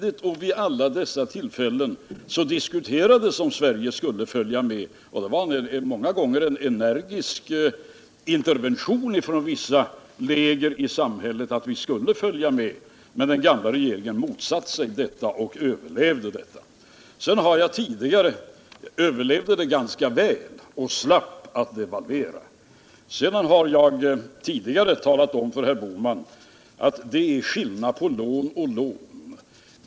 Vid alla dessa tillfällen diskuterades om Sverige skulle följa med. Det var många gånger en energisk intervention från vissa läger i samhället för att vi skulle följa med, men den gamla regeringen motsatte sig detta och överlevde ganska väl och slapp att devalvera. Jag har tidigare talat om för herr Bohman att det är skillnad på lån och lån.